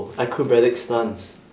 acrobatic stunts